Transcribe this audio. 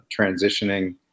transitioning